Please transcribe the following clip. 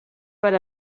per